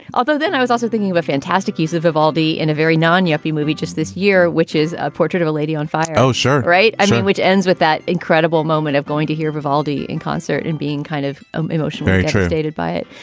although then i was also thinking of a fantastic use of vivaldi in a very non yuppy movie just this year, which is a portrait of a lady on fire. oh, sure. right. which ends with that incredible moment of going to hear vivaldi in concert and being kind of um emotionally terminated by it.